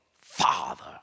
father